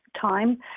time